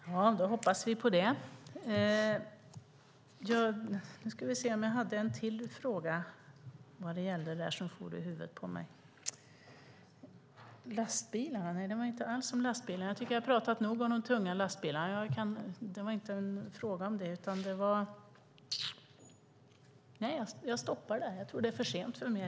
Herr talman! Då hoppas vi på det. Jag hade en till fråga som for i huvudet på mig. Lastbilarna? Nej, det var inte alls om lastbilarna. Jag tycker att vi har pratat nog om de tunga lastbilarna. Jag stoppar där. Jag tror att det är för sent för mig.